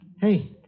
Hey